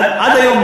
עד היום,